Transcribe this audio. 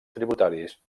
tributaris